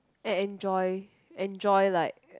and enjoy enjoy like